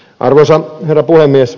arvoisa herra puhemies